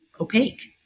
opaque